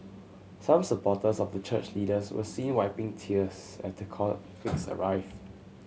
some supporters of the church leaders were seen wiping tears as the convicts arrived